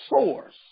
source